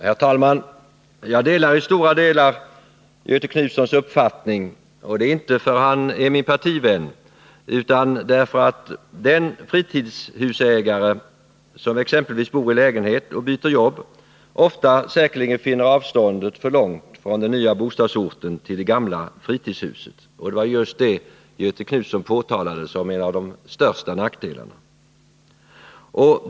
Herr talman! Jag delar i stora delar Göthe Knutsons uppfattning. Det är inte för att han är min partivän, utan därför att en fritidshusägare som exempelvis bor i lägenhet och byter jobb säkerligen ofta finner avståndet för långt från den nya bostadsorten till det gamla fritidshuset. Det var just detta Göthe Knutson påtalade som en av de största nackdelarna.